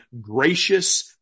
gracious